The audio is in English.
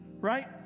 right